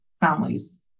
families